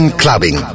clubbing